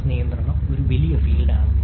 access നിയന്ത്രണം ഒരു വലിയ ഫീൽഡാണ്